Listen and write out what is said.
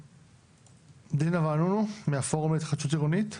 דינה ואנונו, מהפורום להתחדשות עירונית.